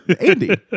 Andy